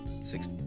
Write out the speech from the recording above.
six